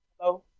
Hello